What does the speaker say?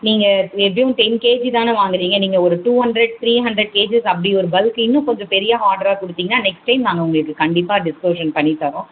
நீங்கள் எப்படியும் ten KG தானே வாங்குகிறீங்க நீங்கள் ஒரு two hundred three hundred KGs அப்படி ஒரு பல்க் இன்னும் கொஞ்சம் பெரிய ஆட்ராக கொடுத்தீங்கன்னா நெக்ஸ்ட் டைம் நாங்கள் உங்களுக்கு கண்டிப்பாக டிஸ்போஷ்ஷன் பண்ணித்தரோம்